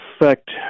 effect